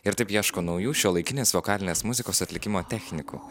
ir taip ieško naujų šiuolaikinės vokalinės muzikos atlikimo technikų